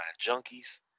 Junkies